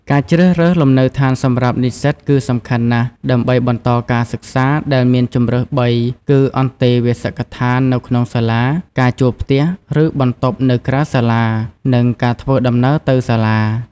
ការជ្រើសរើសលំនៅដ្ឋានសម្រាប់និសិ្សតគឺសំខាន់ណាស់ ដើម្បីបន្តការសិក្សា ដែលមានជម្រើសបីគឺ អន្តេវាសិកដ្ឋាននៅក្នុងសាលា ការជួលផ្ទះ ឬបន្ទប់នៅក្រៅសាលា និង ការធ្វើដំណើរទៅសាលា។